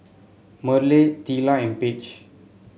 Merle Teela and Page